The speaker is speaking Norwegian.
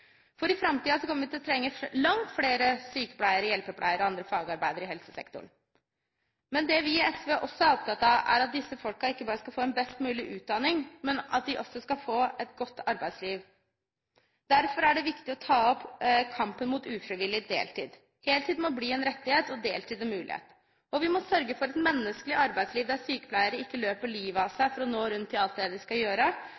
kommer vi til å trenge langt flere sykepleiere, hjelpepleiere og andre fagarbeidere i helsesektoren. Men det vi i SV også er opptatt av, er at disse folkene ikke bare skal få en best mulig utdanning, men at de også skal få et godt arbeidsliv. Derfor er det viktig å ta opp kampen mot ufrivillig deltid. Heltid må bli en rettighet, og deltid en mulighet. Og vi må sørge for et menneskelig arbeidsliv der sykepleiere ikke løper livet av